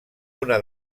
una